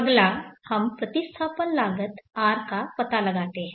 अगला हम प्रतिस्थापन लागत R का पता लगाते हैं